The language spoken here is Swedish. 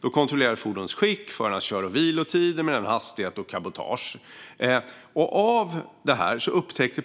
Då kontrollerades fordonens skick, förarnas kör och vilotider, hastighet och cabotage. Polisen upptäckte